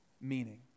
meaning